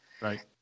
Right